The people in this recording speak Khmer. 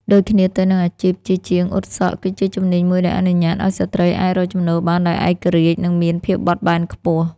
ដូចគ្នាទៅនឹង អាជីពជាជាងអ៊ុតសក់ គឺជាជំនាញមួយដែលអនុញ្ញាតឱ្យស្ត្រីអាច រកចំណូលបានដោយឯករាជ្យ និងមានភាពបត់បែនខ្ពស់។